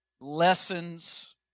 lessons